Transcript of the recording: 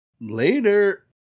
later